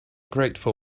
grateful